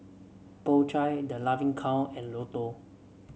Po Chai The Laughing Cow and Lotto